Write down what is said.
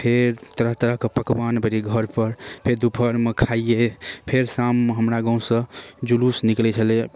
फेर तरह तरह कए पकबान बनै घरपर फेर दुपहरमे खाइयै फेर शाममे हमरा गाँव सऽ जुलूस निकलै छलैया